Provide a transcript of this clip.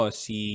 si